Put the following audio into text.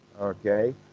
Okay